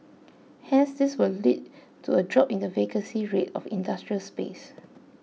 hence this would lead to a drop in the vacancy rate of industrial space